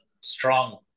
strong